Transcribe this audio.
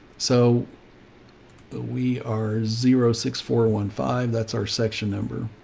so but we are zero six, four one five. that's our section number.